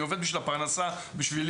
אני עובד בשביל הפרנסה בשבילי",